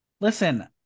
Listen